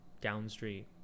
downstream